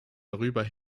darüber